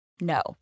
No